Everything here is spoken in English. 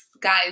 guys